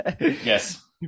Yes